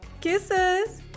Kisses